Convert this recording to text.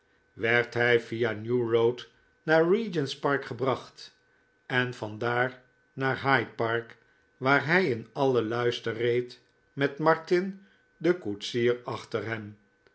werd hij via new road naar regent's park gebracht en van daar naar hyde park waar hij in alien luister reed met martin den koetsier achter hem